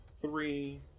three